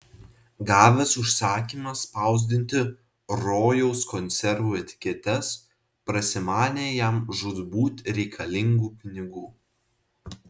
gavęs užsakymą spausdinti rojaus konservų etiketes prasimanė jam žūtbūt reikalingų pinigų